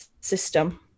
system